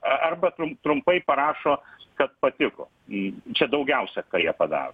arba trumpai parašo kad patiko į čia daugiausia ką jie padaro